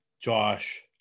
Josh